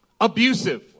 abusive